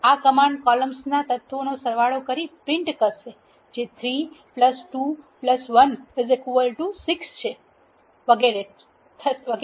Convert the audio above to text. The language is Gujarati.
આ કમાન્ડ કોલમ્સ ના તત્વો નો સરવાળો કરી પ્રિન્ટ કરશે જે 3 2 1 6 છે અને વગેરે